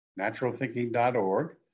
naturalthinking.org